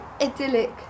idyllic